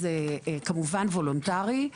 זה כמובן וולונטרי,